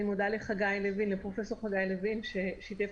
אני מודה לפרופ' חגי לוין ששיתף